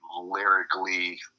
lyrically